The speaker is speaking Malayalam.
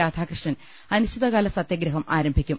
രാധാകൃഷ്ണൻ അനിശ്ചിതകാല സത്യഗ്രഹം ആരംഭിക്കും